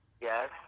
Yes